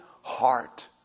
heart